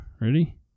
Ready